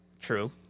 True